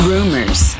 Rumors